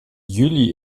juli